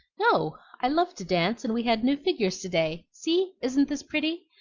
no i love to dance, and we had new figures to-day. see! isn't this pretty?